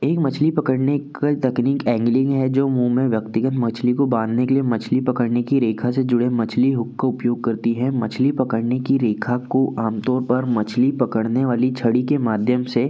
एक मछली पकड़ने का तकनीक एंगलिंग है जो मुँह में व्यक्तिगत मछली को बांधने के लिए मछली पकड़ने की रेखा से जुड़े मछली हुक का उपयोग करती है मछली पकड़ने की रेखा को आमतौर पर मछली पकड़ने वाली छड़ी के माध्यम से